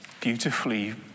beautifully